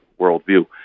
worldview